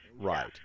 right